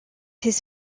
his